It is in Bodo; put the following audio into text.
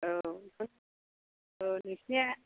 औ नोंसिनिया